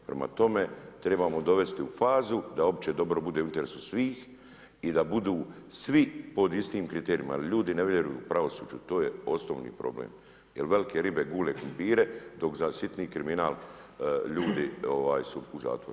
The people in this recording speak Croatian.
Prema tome, trebamo dovesti u fazu da opće dobro bude u interesu svih i da budu svi pod istim kriterijima jer ljudi ne vjeruju pravosuđu, to je osnovni problem jer velike ribe gule krumpire dok za sitni kriminal ljudi su u zatvoru.